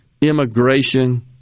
immigration